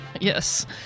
Yes